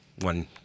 one